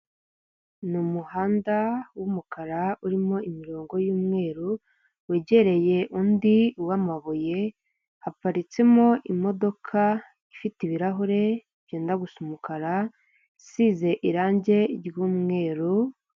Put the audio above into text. Ni umuhanda w'umukara urimo imirongo y'umweru; wegereye undi w'amabuye haparitsemo imodoka ifite ibirahure byenda gusa umukara isize irangi ry'umweru